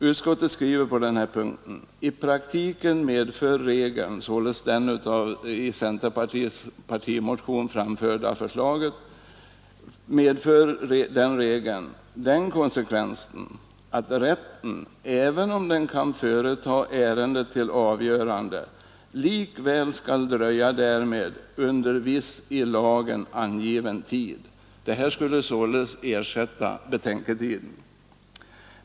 Utskottet skriver på den här punkten: ”I praktiken medför regeln” — således enligt det i centerpartiets partimotion framförda förslaget — ”den konsekvensen att rätten, även om den kan företa ärendet till avgörande, likväl skall dröja därmed under viss i lagen angiven tid.” Det här skulle således ersätta betänketiden.